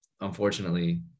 unfortunately